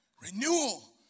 Renewal